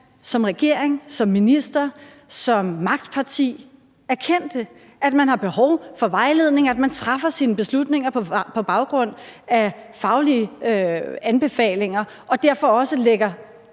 som regering, som minister og som magtparti erkendte, at man har behov for vejledning, og at man træffer sine beslutninger på baggrund af faglige anbefalinger og derfor også lægger